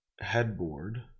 headboard